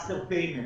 מסטר פיימנט